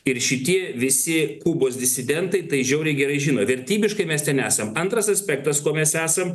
ir šitie visi kubos disidentai tai žiauriai gerai žino vertybiškai mes ten esam antras aspektas kuo mes esam